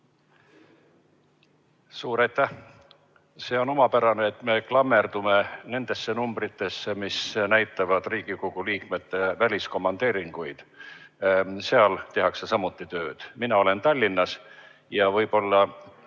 Suur aitäh! See on omapärane, et me klammerdume nendesse numbritesse, mis näitavad Riigikogu liikmete väliskomandeeringuid. Seal tehakse samuti tööd. Mina olen Tallinnas. Võib-olla,